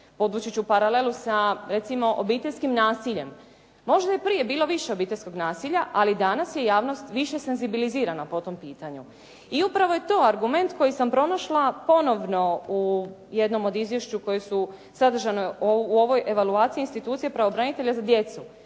Podvući ću paralelu sa recimo obiteljskim nasiljem. Možda je prije bilo više obiteljskog nasilja, ali danas je javnost više senzibilizirana po tom pitanju. I upravo je to argument koji sam pronašla ponovno u jednom od izvješća koja su sadržana u ovoj evaluaciji institucije pravobranitelja za djecu